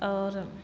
आओर